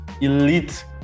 Elite